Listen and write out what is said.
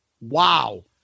Wow